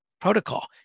protocol